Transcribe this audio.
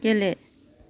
गेले